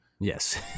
Yes